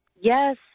Yes